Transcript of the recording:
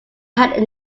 had